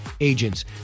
agents